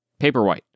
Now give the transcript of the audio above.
paperwhite